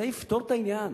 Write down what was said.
זה יפתור את העניין,